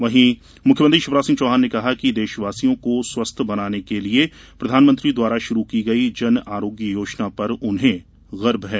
वहीं मुख्यमंत्री शिवराज सिंह चौहान ने कहा कि देशवासियों को स्वस्थ बनाने के लिए प्रधानमंत्री द्वारा शुरू की गयी जन आरोग्य योजना पर उन्हें गर्व है